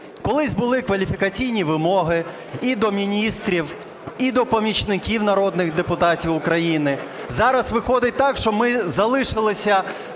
Колись були кваліфікаційні вимоги і до міністрів, і до помічників народних депутатів України. Зараз виходить так, що ми залишилися